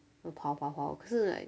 跑跑跑可是 like